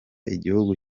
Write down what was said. igihugu